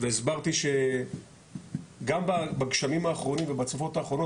והסברתי שגם בגשמים האחרונים ובסופות האחרונות